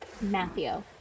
Matthew